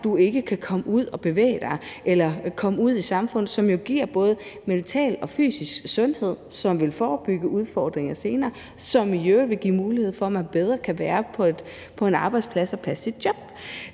at de ikke kan komme ud og bevæge sig eller komme ud i samfundet. Det vil jo ellers give både mental og fysisk sundhed, som vil forebygge udfordringer senere, og som i øvrigt vil give mulighed for, at man bedre kan være på en arbejdsplads og passe sit job.